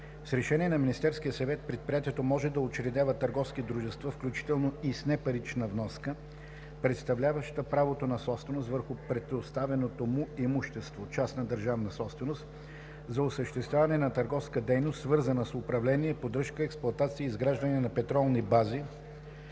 С решение на Министерския съвет предприятието може да учредява търговски дружества, включително с непарична вноска, представляваща правото на собственост върху предоставеното му имущество – частна държавна собственост, за осъществяване на търговска дейност, свързана с управление, поддръжка, експлоатация и изграждане на петролни бази